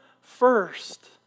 first